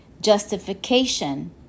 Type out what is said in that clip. Justification